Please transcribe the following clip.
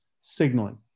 signaling